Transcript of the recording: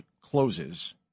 closes